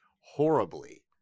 horribly